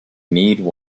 need